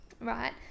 right